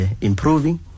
improving